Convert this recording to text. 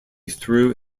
through